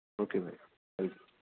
okay بھائی